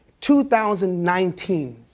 2019